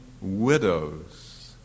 widows